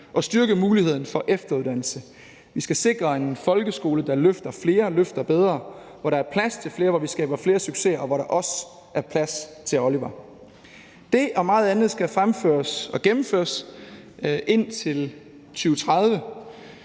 og styrke muligheden for efteruddannelse. Vi skal sikre en folkeskole, der løfter flere, løfter bedre, hvor der er plads til flere, hvor vi skaber flere succeser, og hvor der også er plads til Oliver. Det og meget andet skal fremføres og gennemføres indtil 2030.